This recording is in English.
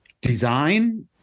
design